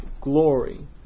glory